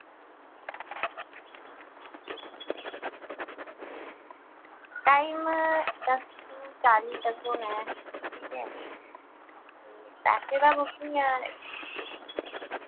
time दस to चार बजे तक होना ऐ ठीक ऐ ते पैसे दा